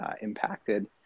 impacted